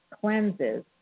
cleanses